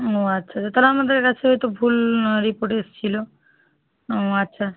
ও আচ্ছা আচ্ছা তাহলে আমাদের কাছে তো ভুল রিপোর্ট এসছিলো ও আচ্ছা